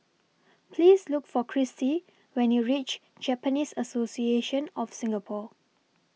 Please Look For Kristie when YOU REACH Japanese Association of Singapore